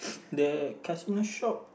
they in a shop